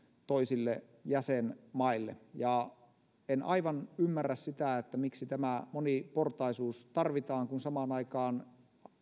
toisille jäsenmaille en aivan ymmärrä miksi tämä moniportaisuus tarvitaan kun samaan aikaan